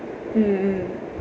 mm